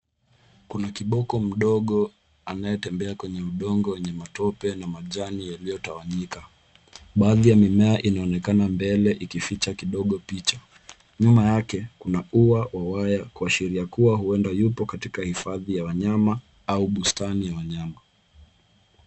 Kuna kiboko mdogo anayetembea kwenye udongo wenye matope na majani yaliyotawanyika. baadhi ya mimea inaonekana mbele ikificha kidogo picha .Nyuma yake Kuna ua wa waya kwa sheria kua huenda yupo katika hifadhi ya wanyama au bustani ya wanyama.